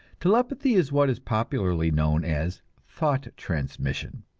telepathy is what is popularly known as thought transmission.